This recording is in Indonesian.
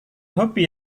hobi